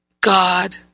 God